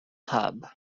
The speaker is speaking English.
hub